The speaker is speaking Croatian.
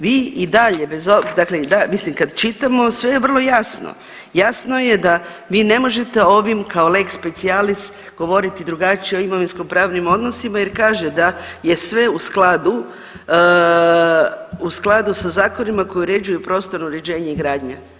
Vi i dalje dakle mislim kad čitamo sve je vrlo jasno, jasno je da vi ne možete ovim kao lex spcecialis govoriti drugačije o imovinskopravnim odnosima jer kaže da je sve u skladu sa zakonima koji uređuju prostorno uređenje i gradnja.